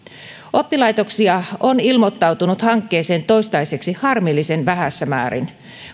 oppilaitoksia on ilmoittautunut hankkeeseen toistaiseksi harmillisen vähässä määrin